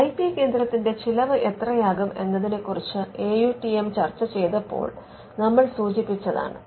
I P കേന്ദ്രത്തിന്റെ ചിലവ് എത്രയാകും എന്നതിനെ കുറിച്ച് AUTM ചർച്ച ചെയ്തപ്പോൾ നമ്മൾ സൂചിപ്പിച്ചതാണ്